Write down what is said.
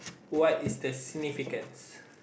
what is the significance